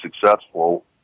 successful